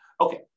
Okay